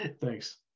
Thanks